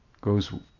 goes